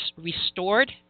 restored